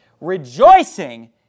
rejoicing